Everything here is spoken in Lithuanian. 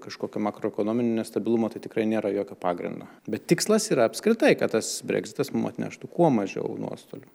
kažkokio makroekonominio nestabilumo tai tikrai nėra jokio pagrindo bet tikslas yra apskritai kad tas bregzitas mum atneštų kuo mažiau nuostolių